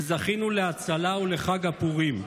וזכינו להצלה ולחג הפורים.